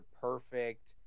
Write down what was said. Perfect